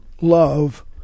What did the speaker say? love